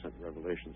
revelations